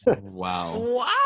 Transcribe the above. Wow